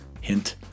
Hint